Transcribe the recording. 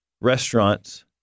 restaurants